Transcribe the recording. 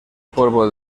polvo